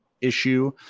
issue